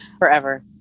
forever